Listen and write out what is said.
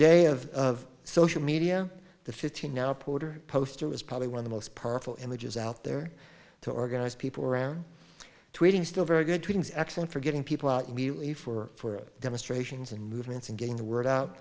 day of of social media the fifteen now porter poster was probably one of the most powerful images out there to organize people around tweeting still very good things excellent for getting people out really for demonstrations and movements and getting the word out